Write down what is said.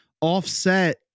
Offset